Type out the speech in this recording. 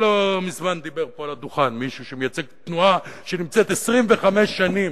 לא מזמן דיבר פה על הדוכן מישהו שמייצג תנועה שנמצאת 25 שנים,